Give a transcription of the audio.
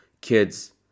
kids